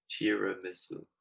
Tiramisu